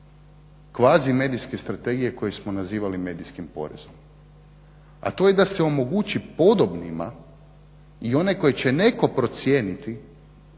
kvazi medijske strategije koju smo nazivali medijskim porezom, a to je da se omogući podobnima i one koje će netko procijeniti